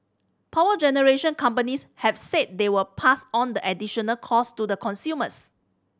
power generation companies have said they will pass on the additional cost to consumers